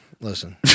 Listen